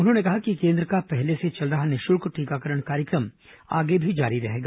उन्होंने कहा कि केन्द्र का पहले से चल रहा निःशुल्क टीकाकरण कार्यक्रम आगे भी जारी रहेगा